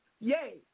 Yay